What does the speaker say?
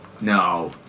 No